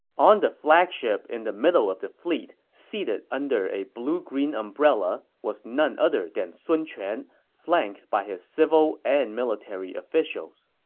the flagship in the middle of the fleet, seated under a blue-green umbrella was none other than sun quan, flanked by his civil and military officials.